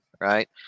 right